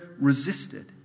resisted